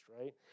right